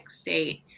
state